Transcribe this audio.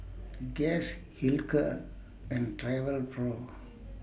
Guess Hilker and Travelpro